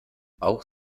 auch